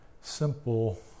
simple